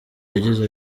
yagize